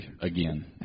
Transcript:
again